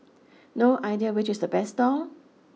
no idea which is the best stall